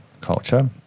culture